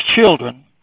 children